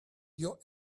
your